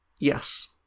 Yes